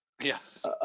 Yes